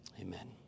Amen